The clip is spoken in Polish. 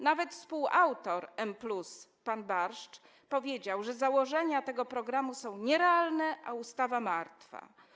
Nawet współautor M+ pan Barszcz powiedział, że założenia tego programu są nierealne, a ustawa martwa.